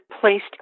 placed